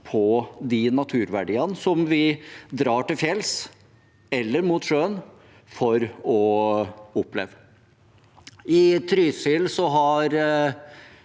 på de naturverdiene som vi drar til fjells eller til sjøen for å oppleve. I Trysil har